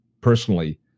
personally